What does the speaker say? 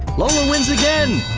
lola, wins again!